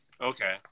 Okay